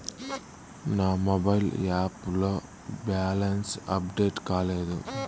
నా mobile app లో balance update కాలేదు